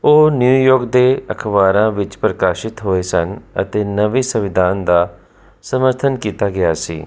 ਉਹ ਨਿਊਯਾਰਕ ਦੇ ਅਖ਼ਬਾਰਾਂ ਵਿੱਚ ਪ੍ਰਕਾਸ਼ਿਤ ਹੋਏ ਸਨ ਅਤੇ ਨਵੇਂ ਸੰਵਿਧਾਨ ਦਾ ਸਮਰਥਨ ਕੀਤਾ ਗਿਆ ਸੀ